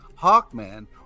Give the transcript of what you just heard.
Hawkman